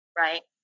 right